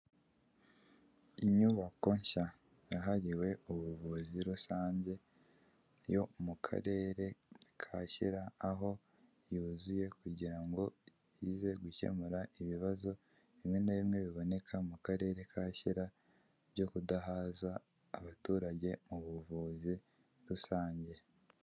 Inyubako nshya, yahariwe ubuvuzi rusange yo mu karere ka Shyira aho yuzuye kugira ngo ize gukemura ibibazo bimwe na bimwe biboneka mu karere ka Shyira byo kudahaza abaturage mu buvuzi rusange.